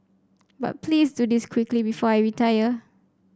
but please do this quickly before I retire